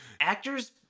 actors